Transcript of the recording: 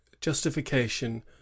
justification